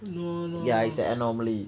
no no no